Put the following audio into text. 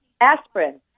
aspirin